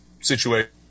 situation